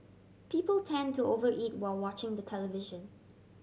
people tend to over eat while watching the television